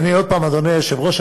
עוד פעם, אדוני היושב-ראש.